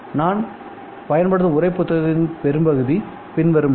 நான் பயன்படுத்தும் உரை புத்தகத்தின் பெரும்பகுதி பின்வருமாறு